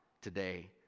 today